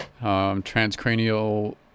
transcranial